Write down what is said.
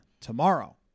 tomorrow